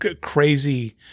crazy